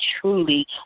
truly